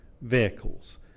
vehicles